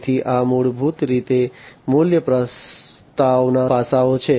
તેથી આ મૂળભૂત રીતે મૂલ્ય પ્રસ્તાવના પાસાઓ છે